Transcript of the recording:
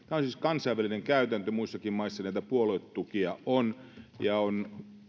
siis kansainvälinen käytäntö muissakin maissa näitä puoluetukia on ja on